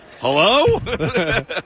hello